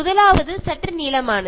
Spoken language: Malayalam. ഒന്നാമത്തേത് കുറച്ചു നീണ്ടതാണ്